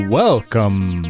welcome